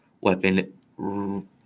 weapon